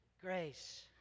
grace